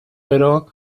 però